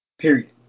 period